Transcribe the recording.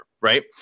right